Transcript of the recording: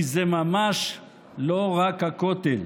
כי זה ממש לא רק הכותל.